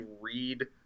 read